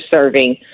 serving